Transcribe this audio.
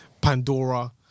Pandora